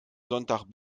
sonntag